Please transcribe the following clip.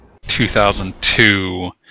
2002